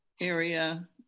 area